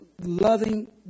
loving